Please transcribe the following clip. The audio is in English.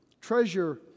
Treasure